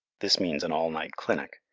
this means an all-night clinic.